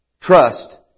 Trust